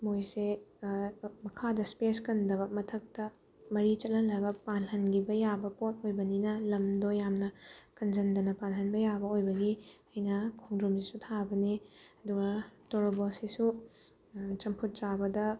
ꯃꯣꯏꯁꯦ ꯃꯈꯥꯗ ꯏꯁꯄꯦꯁ ꯀꯟꯗꯕ ꯃꯊꯛꯇ ꯃꯔꯤ ꯆꯠꯍꯜꯂꯒ ꯄꯥꯜꯍꯟꯈꯤꯕ ꯌꯥꯕ ꯄꯣꯠ ꯑꯣꯏꯕꯅꯤꯅ ꯂꯝꯗꯣ ꯌꯥꯝꯅ ꯀꯟꯁꯤꯟꯗꯅ ꯄꯥꯜꯍꯟꯕ ꯌꯥꯕ ꯑꯣꯏꯕꯒꯤ ꯑꯩꯅ ꯈꯣꯡꯗ꯭ꯔꯨꯝꯁꯤꯁꯨ ꯊꯥꯕꯅꯦ ꯑꯗꯨꯒ ꯇꯣꯔꯕꯣꯠꯁꯤꯁꯨ ꯆꯝꯐꯨꯠ ꯆꯥꯕꯗ